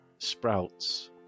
sprouts